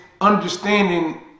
understanding